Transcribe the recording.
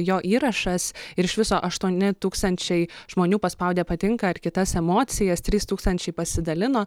jo įrašas ir iš viso aštuoni tūkstančiai žmonių paspaudė patinka ar kitas emocijas trys tūkstančiai pasidalino